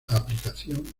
aplicación